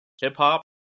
Hip-hop